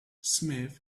smith